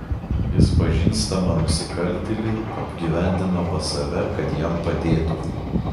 jis pažįstamą nusikaltėlį apgyvendino pas save kad jam padėtų